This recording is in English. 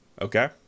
okay